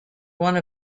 one